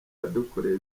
yadukoreye